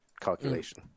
calculation